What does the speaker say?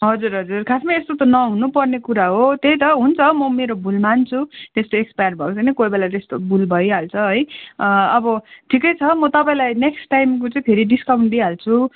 हजुर हजुर खासमा यस्तो त नहुनुपर्ने कुरा हो त्यही त हुन्छ म मेरो भुल मान्छु त्यस्तो एक्सपायर भएको छैन कोही बेला त्यस्तो भुल भइहाल्छ है अब ठिकै छ म तपाईँलाई नेक्स्ट टाइमको चाहिँ फेरि डिस्काउन्ट दिइहाल्छु